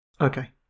Okay